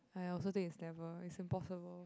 !aiya! I also think is never it's impossible